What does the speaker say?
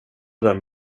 den